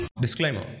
Disclaimer